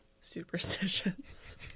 superstitions